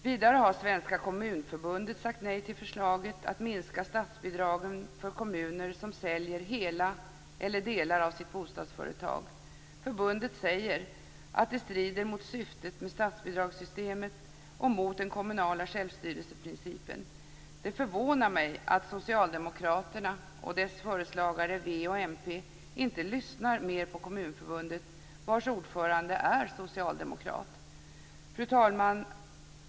Vidare har Svenska Kommunförbundet sagt nej till förslaget att minska statsbidragen för kommuner som säljer hela eller delar av sitt bostadsföretag. Förbundet säger att det strider mot syftet med statsbidragssystemet och mot den kommunala självstyrelseprincipen. Det förvånar mig att Socialdemokraterna och deras följeslagare Vänsterpartiet och Miljöpartiet inte lyssnar mer på Kommunförbundet, vars ordförande är socialdemokrat. Fru talman!